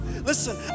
Listen